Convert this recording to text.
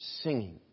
singing